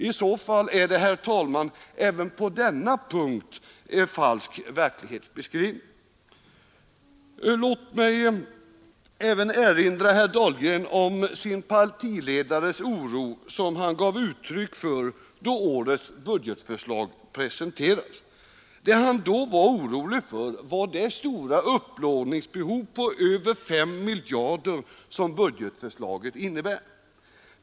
I så fall är det, herr talman, också på denna punkt falsk verklighetsbeskrivning. Låt mig även erinra herr Dahlgren om hans partiledares oro, som denne gav uttryck för då årets budgetförslag presenterades. Det han då var orolig för var det stora upplåningsbehov på över 5 miljarder kronor som budgetförslaget innebär.